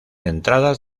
entradas